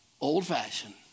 old-fashioned